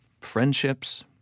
friendships